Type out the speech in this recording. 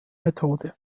methode